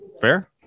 fair